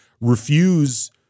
refuse –